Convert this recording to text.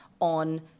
on